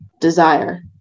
desire